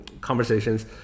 conversations